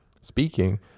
speaking